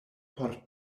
por